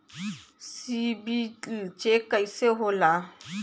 CIBIL check कइसे होला?